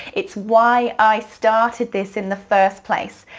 it's why i started this in the first place,